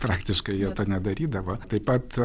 praktiškai jie to nedarydavo taip pat